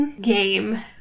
Game